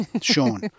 Sean